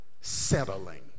settling